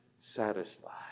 satisfied